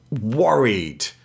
worried